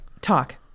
talk